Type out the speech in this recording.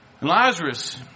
Lazarus